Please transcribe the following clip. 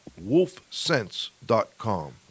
wolfsense.com